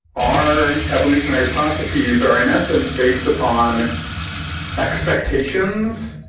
our evolutionary processes are, in essence, based upon expectations.